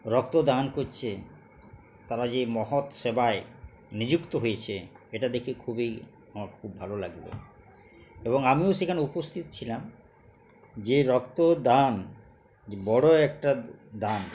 রক্তদান করছে তারা যে মহৎ সেবায় নিযুক্ত হয়েছে এটা দেখে খুবই আমার খুব ভালো লাগল এবং আমিও সেখানে উপস্থিত ছিলাম যে রক্তদান যে বড়ো একটা দান